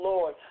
Lord